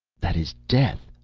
that is death!